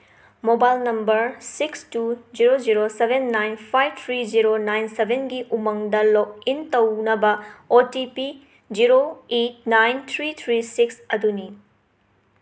mobile number six two zero zero eight nine five three zero nine ꯁꯚꯦꯟꯒꯤ ꯎꯃꯪꯗ log in ꯇꯧꯅꯕ O T P zero eight nine three three six ꯑꯗꯨꯅꯤ